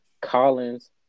Collins